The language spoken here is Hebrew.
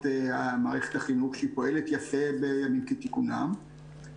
מערכת החינוך שפועלת יפה בימים כתיקונם,